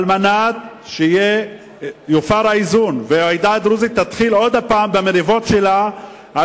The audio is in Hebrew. כדי שיופר האיזון והעדה הדרוזית תתחיל שוב במריבות שלה,